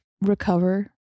recover